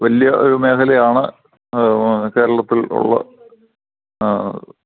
വലിയ ഒരു മേഘലയാണ് കേരളത്തിൽ ഉളള